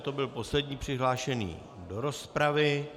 To byl poslední přihlášený do rozpravy.